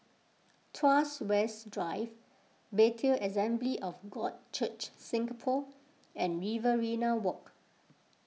Tuas West Drive Bethel Assembly of God Church Singapore and Riverina Walk